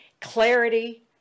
clarity